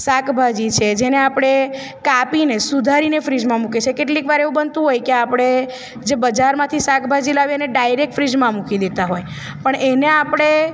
શાકભાજી છે જેને આપણે કાપીને સુધારીને ફ્રીઝમાં મૂકીએ છે કેટલીક વાર એવું બનતું હોય કે આપણે જે બજારમાંથી શાકભાજી લાવીએ એને ડાયરેક ફ્રીઝમાં મૂકી દેતા હોય પણ એને આપણે